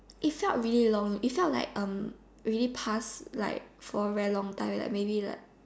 if felt really long it felt like um really past like for very long time maybe like